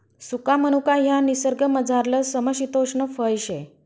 सुका मनुका ह्या निसर्गमझारलं समशितोष्ण फय शे